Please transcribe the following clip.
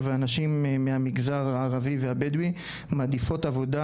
אנשים מהמגזר הערבי והבדואי מעדיפות עבודה,